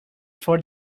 for